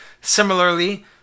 Similarly